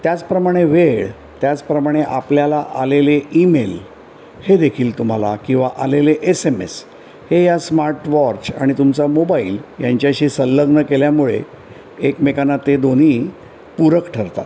त्याचप्रमाणे वेळ त्याचप्रमाणे आपल्याला आलेले ईमेल हे देखील तुम्हाला किंवा आलेले एस एम एस हे या स्मार्ट वॉच आणि तुमचा मोबाईल यांच्याशी संलग्न केल्यामुळे एकमेकांना ते दोन्ही पूरक ठरतात